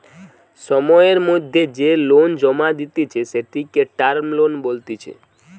সময়ের মধ্যে যে লোন জমা দিতেছে, সেটিকে টার্ম লোন বলতিছে